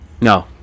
No